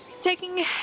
Taking